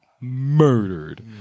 murdered